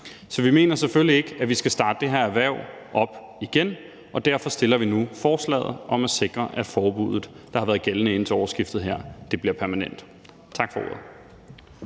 Så vi mener selvfølgelig ikke, at vi skal starte det her erhverv op igen, og derfor fremsætter vi nu forslaget om at sikre, at forbuddet, der har været gældende indtil årsskiftet her, bliver permanent. Tak for ordet.